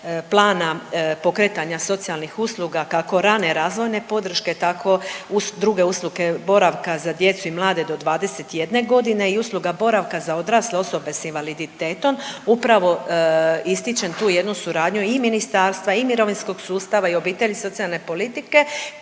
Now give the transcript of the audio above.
plana pokretanja socijalnih usluga kako rane razvojne podrške tako uz druge usluge boravka za djecu i mlade do 21 godine i usluga boravka za odrasle osobe s invaliditetom. Upravo ističem tu jednu suradnju i ministarstva i mirovinskog sustava i obitelji i socijalne politike